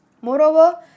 Moreover